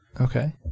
Okay